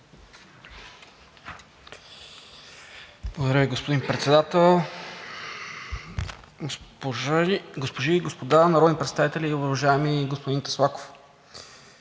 Благодаря Ви, господин Председател. Госпожи и господа народни представители! Уважаеми господин Таслаков,